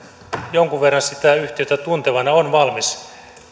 jonkun verran sitä yhtiötä tuntevana on valmis